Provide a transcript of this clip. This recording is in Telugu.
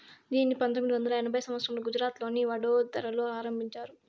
దీనిని పంతొమ్మిది వందల ఎనిమిదో సంవచ్చరంలో గుజరాత్లోని వడోదరలో ఆరంభించారు